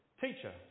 teacher